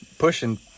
Pushing